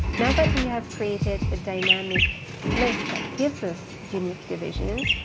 yeah that we have created a dynamic list that gives us unique divisions,